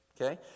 Okay